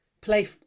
play